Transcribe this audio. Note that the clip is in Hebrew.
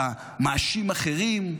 אתה מאשים אחרים,